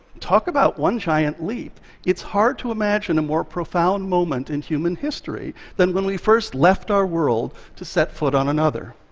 talk about one giant leap it's hard to imagine a more profound moment in human history than when we first left our world to set foot on another.